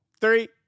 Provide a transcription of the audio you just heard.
Three